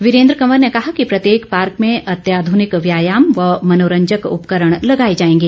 वीरेन्द्र ँकवर ने कहा कि प्रत्येक पार्क में अत्याध्रनिक व्यायाम व मनोरंजक उपकरण लगाए जाएंगे